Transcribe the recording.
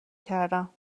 کردم